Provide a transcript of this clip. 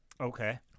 Okay